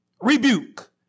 rebuke